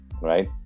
right